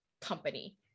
company